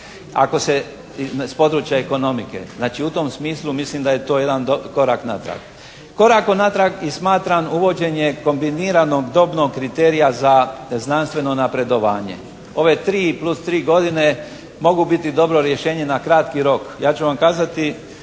ako se, s područja ekonomike. Znači u tom smislu mislim da je to jedan korak natrag. Korak natrag i smatram uvođenje kombiniranog dobnog kriterija za znanstveno napredovanje. Ove 3 i plus 3 godine mogu biti dobro rješenje na kratki rok. Ja ću vam kazati,